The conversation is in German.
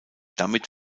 damit